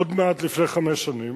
עוד מעט לפני חמש שנים,